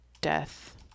death